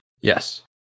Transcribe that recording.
Yes